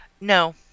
No